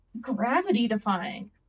gravity-defying